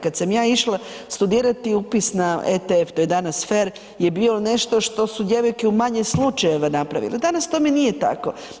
Kad sam ja išla studirati upis na ETF, to je danas FER je bio nešto što su djevojke u manje slučajeva napravile, danas tome nije tako.